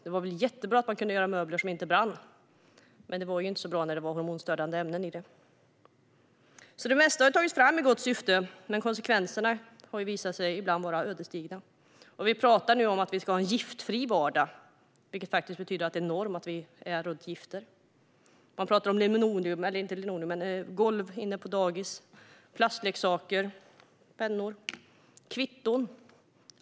Det var jättebra att man kunde göra möbler som inte brann, men det var inte så bra när det var hormonstörande ämnen i dem. Det mesta har tagits fram i gott syfte, men konsekvenserna har ibland visat sig vara ödesdigra. Vi talar nu om en giftfri vardag, vilket betyder att det är norm att vi befinner oss bland gifter. Det kan gälla golv inne på dagis, plastleksaker, pennor och kvitton.